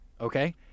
okay